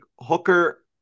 Hooker